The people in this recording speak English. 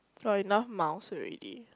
got enough mouse already